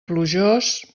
plujós